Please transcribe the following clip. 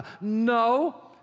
No